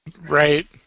Right